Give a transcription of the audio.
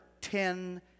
ten